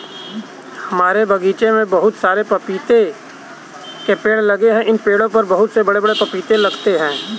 हमारे बगीचे में बहुत सारे पपीते के पेड़ लगे हैं इन पेड़ों पर बहुत बड़े बड़े पपीते लगते हैं